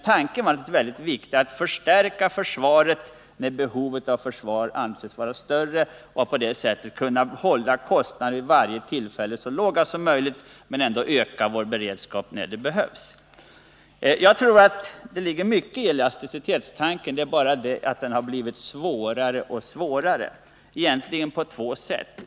Tanken var naturligtvis riktig, nämligen att man skulle förstärka försvaret när behovet av försvar ökar och på det sättet kunna hålla kostnaderna så låga som möjligt vid varje tillfälle men ändå öka vår beredskap när så behövdes. Det ligger mycket i elasticitetsprincipen. Det är bara det att den har blivit svårare och svårare att leva efter, på två sätt.